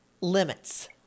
limits